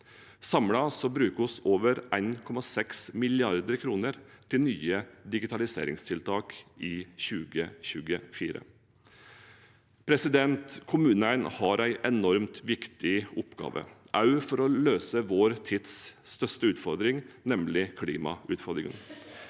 Samlet bruker vi over 1,6 mrd. kr til nye digitaliseringstiltak i 2024. Kommunene har en enormt viktig oppgave, også for å løse vår tids største utfordring, nemlig klimautfordrin gene.